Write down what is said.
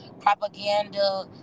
propaganda